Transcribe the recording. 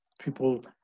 people